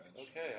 Okay